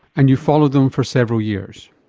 and you followed them for several years?